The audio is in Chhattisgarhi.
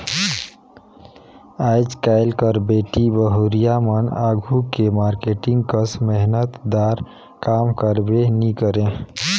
आएज काएल कर बेटी बहुरिया मन आघु के मारकेटिंग कस मेहनत दार काम करबे नी करे